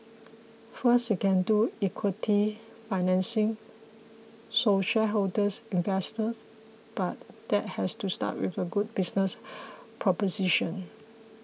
first you can do equity financing so shareholders investors but that has to start with a good business proposition